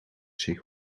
zich